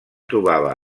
trobava